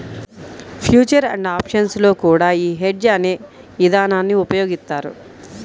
future and options లో కూడా యీ హెడ్జ్ అనే ఇదానాన్ని ఉపయోగిత్తారు